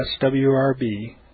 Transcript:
SWRB